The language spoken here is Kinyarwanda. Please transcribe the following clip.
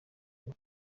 kuri